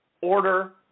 order